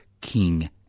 king